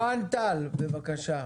ערן טל, בבקשה.